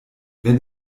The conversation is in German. wenn